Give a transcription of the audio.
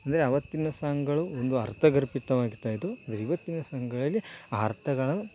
ಅಂದರೆ ಆವತ್ತಿನ ಸಾಂಗುಗಳು ಒಂದು ಅರ್ಥಗರ್ಭಿತವಾಗಿರ್ತಾಯಿದ್ದವು ಆದರೆ ಇವತ್ತಿನ ಸಾಂಗುಗಳಲ್ಲಿ ಆ ಅರ್ಥಗಳು